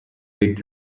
bed